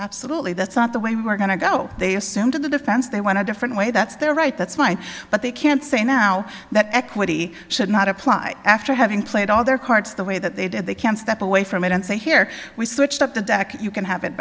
absolutely that's not the way we're going to go they assume to the defense they want to different way that's their right that's mine but they can't say now that equity should not apply after having played all their cards the way that they did they can step away from it and say here we switched up the deck you can have it